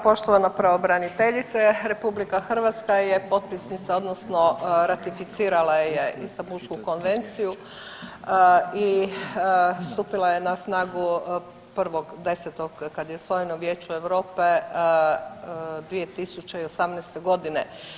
Poštovana pravobraniteljice, RH je potpisnica odnosno ratificirala je Istambulsku konvenciju i stupila je na snagu 1.10. kad je usvojeno Vijeće Europe 2018.g.